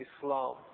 Islam